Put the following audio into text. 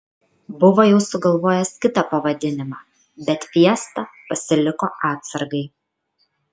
buvo jau sugalvojęs kitą pavadinimą bet fiestą pasiliko atsargai